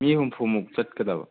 ꯃꯤ ꯍꯨꯝꯐꯨꯃꯨꯛ ꯆꯠꯀꯗꯕ